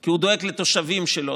כי הוא דואג לתושבים שלו,